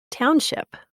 township